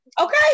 Okay